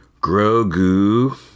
Grogu